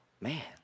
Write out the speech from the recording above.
man